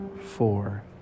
four